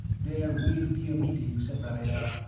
there will be a meeting said valera,